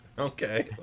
Okay